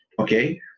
Okay